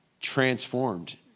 transformed